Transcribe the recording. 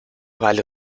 vale